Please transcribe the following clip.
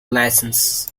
license